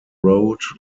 road